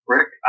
Rick